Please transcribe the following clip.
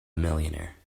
millionaire